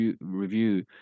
review